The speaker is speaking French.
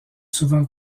souvent